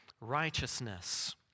righteousness